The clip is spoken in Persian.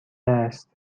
است